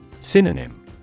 Synonym